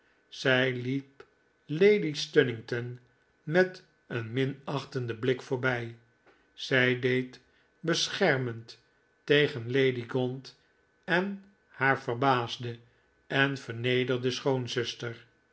zij hep lady stunnington met een minachtenden blik voorbij zij deed beschermend tegen lady gaunt en haar verbaasde en vernederde